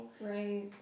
Right